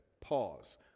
Pause